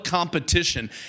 Competition